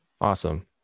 Awesome